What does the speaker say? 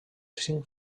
cinc